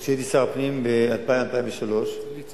עוד כשהייתי שר הפנים ב-2000 2003 סברתי